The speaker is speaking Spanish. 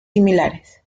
similares